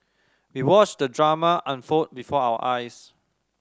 we watched the drama unfold before our eyes